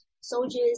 soldiers